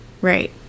Right